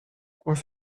point